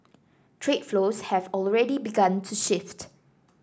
trade flows have already begun to shift